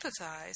empathize